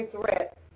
threat